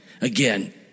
Again